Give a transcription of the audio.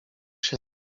się